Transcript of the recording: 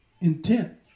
intent